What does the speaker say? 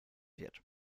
wird